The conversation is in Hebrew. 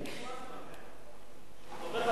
אני סומך על אלקין.